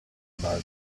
balzo